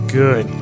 good